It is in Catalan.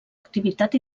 activitat